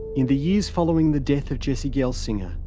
in the years following the death of jesse gelsinger,